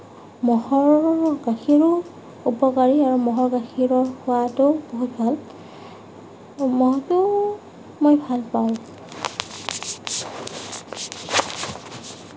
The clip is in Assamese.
ম'হৰ গাখীৰো উপকাৰী আৰু ম'হৰ গাখীৰৰ সোৱাদো বহুত ভাল ম'হটো মই ভাল পাওঁ